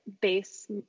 base